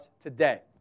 today